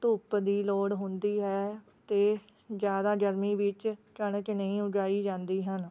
ਧੁੱਪ ਦੀ ਲੋੜ ਹੁੰਦੀ ਹੈ ਅਤੇ ਜ਼ਿਆਦਾ ਗਰਮੀ ਵਿੱਚ ਕਣਕ ਨਹੀਂ ਉਗਾਈ ਜਾਂਦੀ ਹਨ